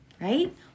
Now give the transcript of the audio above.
Right